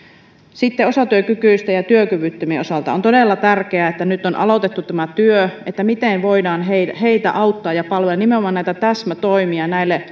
sitten osatyökykyisten ja työkyvyttömien osalta on todella tärkeää että nyt on aloitettu tämä työ miten voidaan heitä auttaa ja palvella nimenomaan täsmätoimia näille